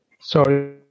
sorry